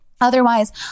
Otherwise